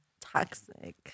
toxic